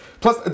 Plus